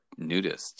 nudists